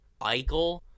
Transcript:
Eichel